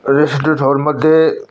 रेस्टुरेन्टहरूमध्ये